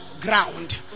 ground